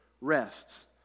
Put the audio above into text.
rests